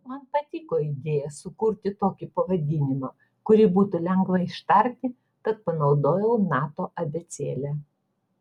man patiko idėja sukurti tokį pavadinimą kurį būtų lengva ištarti tad panaudojau nato abėcėlę